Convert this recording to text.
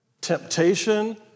temptation